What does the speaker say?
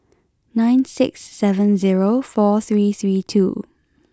nine six seven zero four three three two